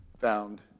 found